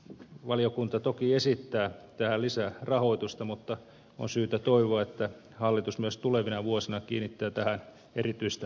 valiokunta toki esittää tähän lisärahoitusta mutta on syytä toivoa että hallitus myös tulevina vuosina kiinnittää tähän erityistä huomiota